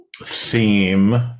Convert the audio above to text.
theme